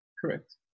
Correct